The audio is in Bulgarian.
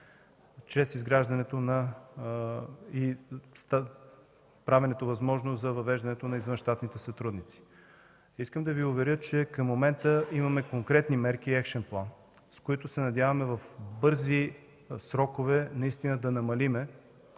Закон за МВР и правенето на възможно въвеждането на извънщатните сътрудници. Искам да Ви уверя, че към момента имаме конкретни мерки и екшън план, с които се надяваме в бързи срокове да намалим